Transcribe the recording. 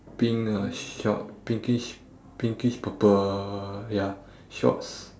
pink uh short pinkish pinkish purple ya shorts